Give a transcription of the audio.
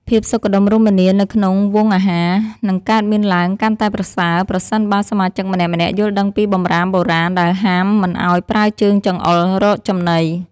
ភាពសុខដុមរមនានៅក្នុងវង់អាហារនឹងកើតមានឡើងកាន់តែប្រសើរប្រសិនបើសមាជិកម្នាក់ៗយល់ដឹងពីបម្រាមបុរាណដែលហាមមិនឱ្យប្រើជើងចង្អុលរកចំណី។